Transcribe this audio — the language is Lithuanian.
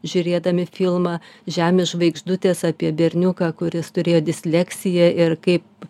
žiūrėdami filmą žemės žvaigždutės apie berniuką kuris turėjo disleksiją ir kaip